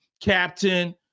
Captain